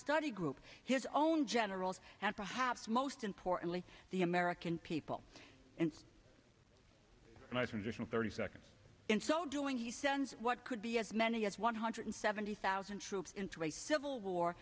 study group his own generals and perhaps most importantly the american people in thirty seconds in so doing he sends what could be as many as one hundred seventy thousand troops into a civil war